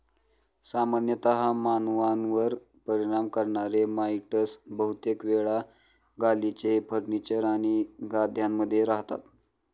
सामान्यतः मानवांवर परिणाम करणारे माइटस बहुतेक वेळा गालिचे, फर्निचर आणि गाद्यांमध्ये रहातात